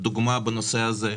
דוגמה בנושא הזה.